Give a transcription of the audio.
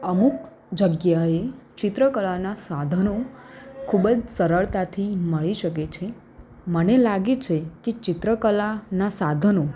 અમુક જગ્યાએ ચિત્રકળાના સાધનો ખૂબ જ સરળતાથી મળી શકે છે મને લાગે છેકે ચિત્ર કલાના સાધનો